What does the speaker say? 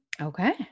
okay